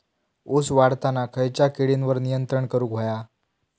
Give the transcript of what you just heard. ऊस वाढताना खयच्या किडींवर नियंत्रण करुक व्हया?